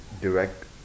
direct